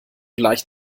gleich